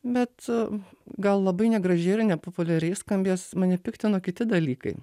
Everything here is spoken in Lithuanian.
bet gal labai negražiai ir nepopuliariai skambės mane piktino kiti dalykai